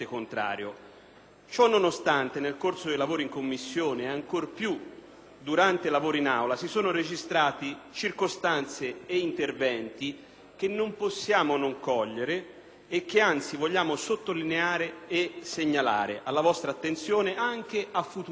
Cio nonostante, nel corso dei lavori in Commissione, e ancor piudurante i lavori in Aula, si sono registrati circostanze e interventi che non possiamo non cogliere e che, anzi, vogliamo sottolineare e segnalare alla vostra attenzione, anche e soprattutto a